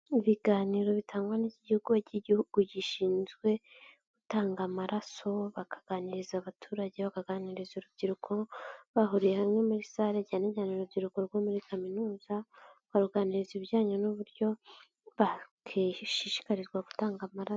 Ibiganiro bitangwa n'ikigo cy'igihugu gishinzwe gutanga amaraso, bakaganiriza abaturage, bakaganiriza urubyiruko, bahuriye hamwe muri sale cyane cyane urubyiruko rwo muri kaminuza baganiriza ibijyanye n'uburyo bashishikarizwa gutanga amaraso.